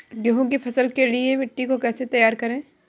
गेहूँ की फसल के लिए मिट्टी को कैसे तैयार करें?